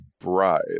bribe